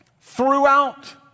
throughout